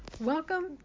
welcome